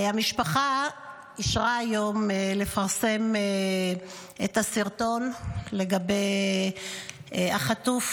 המשפחה אישרה היום לפרסם את הסרטון לגבי החטוף,